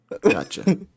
Gotcha